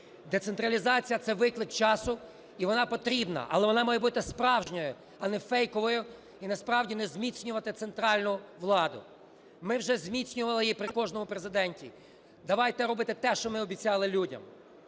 Децентралізація – це виклик часу, і вона потрібна. Але вона має бути справжньою, а не фейковою, і насправді не зміцнювати центральну владу. Ми вже зміцнювали її при кожному Президенті. Давайте робити те, що ми обіцяли людям.